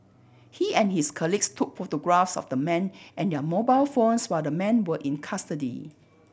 he and his colleagues took photographs of the men and their mobile phones while the men were in custody